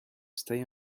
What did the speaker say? stay